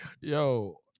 Yo